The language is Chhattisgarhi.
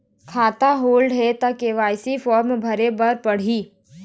खाता होल्ड हे ता के.वाई.सी फार्म भरे भरे बर पड़ही?